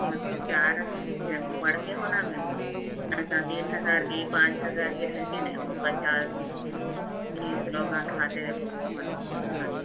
اچھا چار آدمی کے چھ وہ بڑھ کے ہونا میرے کو ایسا تین ہزار کی پانچ ہزار کی رہتی نے وہ پچاس تیس لوگوں کھاتے دیکھو وہ ہونا اچھا